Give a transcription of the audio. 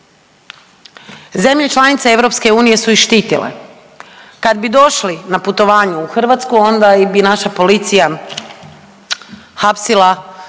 Zemlje članice Europske unije su ih štitile. Kad bi došli na putovanje u Hrvatsku onda bi ih naša policija hapsila